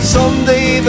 Someday